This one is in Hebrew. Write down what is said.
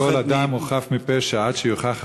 כל אדם הוא חף מפשע עד שיוכח אחרת,